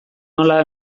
nola